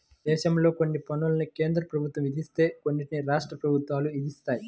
దేశంలో కొన్ని పన్నులను కేంద్ర ప్రభుత్వం విధిస్తే కొన్నిటిని రాష్ట్ర ప్రభుత్వాలు విధిస్తాయి